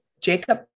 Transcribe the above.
Jacob